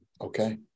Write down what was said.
Okay